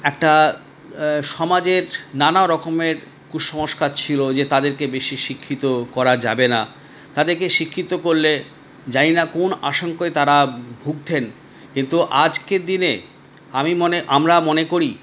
একটা সমাজের নানারকমের কুসংস্কার ছিল যে তাদেরকে বেশি শিক্ষিত করা যাবে না তাদেরকে শিক্ষিত করলে জানিনা কোন আশঙ্কায় তারা ভুগতেন কিন্তু আজকের দিনে আমি মনে আমরা মনে করি